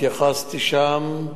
התייחסתי שם,